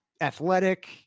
athletic